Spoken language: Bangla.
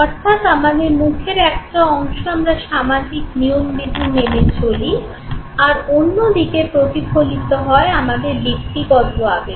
অর্থাৎ আমাদের মুখের একটা অংশ আমরা সামাজিক নিয়ম বিধি মেনে চলি আর অন্য দিকে প্রতিফলিত হয় আমাদের ব্যক্তিগত আবেগ